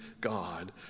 God